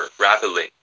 rapidly